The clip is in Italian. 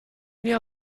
mio